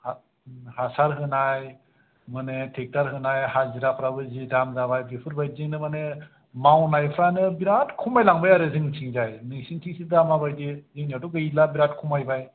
औ हासार होनाय माने ट्रेक्टर होनाय हाजिराफ्राबो जि दाम जाबाय बेफोरबायदियैनो माने मावनायफ्रानो बिरात खमायलांबाय आरो जोंनथिंजाय नोंसोरनिथिंसो दा माबायदि जोंनिआवथ' गैला बिरात खमायबाय